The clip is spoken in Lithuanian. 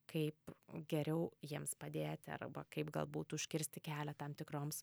kaip geriau jiems padėti arba kaip galbūt užkirsti kelią tam tikroms